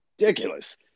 ridiculous